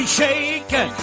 shaken